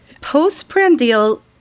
postprandial